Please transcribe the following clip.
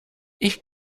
ich